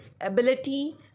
ability